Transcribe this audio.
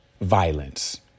violence